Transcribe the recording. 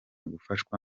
gufashwa